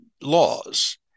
laws